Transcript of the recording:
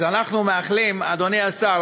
אז אנחנו מאחלים אדוני השר,